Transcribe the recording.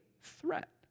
threat